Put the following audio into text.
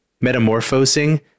metamorphosing